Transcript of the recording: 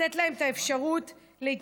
נוכל לתת להם את האפשרות להתנדב.